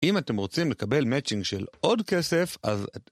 אם אתם רוצים לקבל מאצ'ינג של עוד כסף, אז...